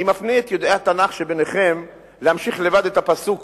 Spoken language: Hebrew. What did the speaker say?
אני מפנה את יודעי התנ"ך שביניכם להמשיך לבד את הפסוק